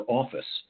office